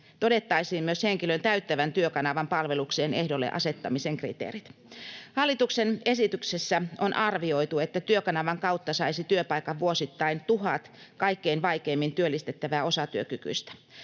todettaisiin myös henkilön täyttävän Työkanavan palvelukseen ehdolle asettamisen kriteerit. Hallituksen esityksessä on arvioitu, että Työkanavan kautta saisi työpaikan vuosittain 1 000 kaikkein vaikeimmin työllistettävää osatyökykyistä.